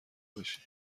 باشی